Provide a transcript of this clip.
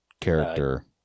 character